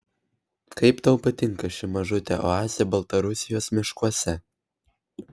kaip tau patinka ši mažutė oazė baltarusijos miškuose